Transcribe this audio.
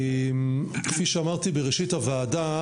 כפי שאמרתי בראשית הישיבה,